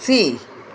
C